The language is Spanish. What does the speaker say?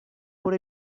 por